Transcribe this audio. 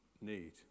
need